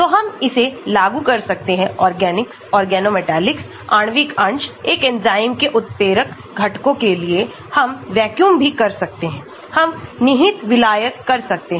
तो हम इसे लागू कर सकते हैं ऑर्गेनिक्स ऑर्गोनोमेटिक्स आणविक अंश एक एंजाइम के उत्प्रेरक घटकों के लिए हम वैक्यूम भी कर सकते हैं हम निहित विलायक कर सकते हैं